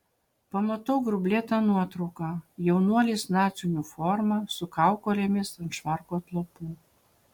pamatau grublėtą nuotrauką jaunuolis nacių uniforma su kaukolėmis ant švarko atlapų